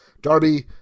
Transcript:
Darby